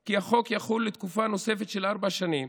כי החוק יחול לתקופה נוספת של ארבע שנים,